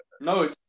no